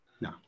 No